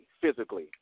physically